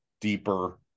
deeper